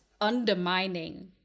undermining